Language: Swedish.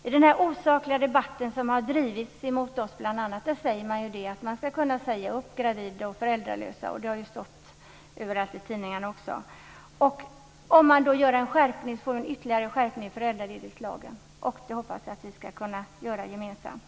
I den osakliga debatt som har drivits emot oss sägs bl.a. att man ska kunna säga upp gravida och föräldralediga. Det har stått överallt i tidningarna också. Vi föreslår en ytterligare skärpning i föräldraledighetslagen. Det hoppas jag att vi ska kunna genomföra gemensamt.